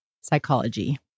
Psychology